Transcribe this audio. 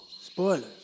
spoilers